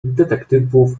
detektywów